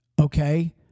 okay